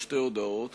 שתי הודעות